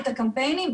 את הקמפיינים,